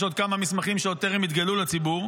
יש עוד כמה מסמכים שעוד טרם התגלו לציבור,